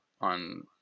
on